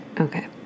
Okay